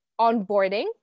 onboarding